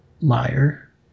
liar